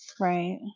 Right